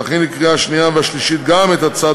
תכין לקריאה השנייה והשלישית גם את הצעת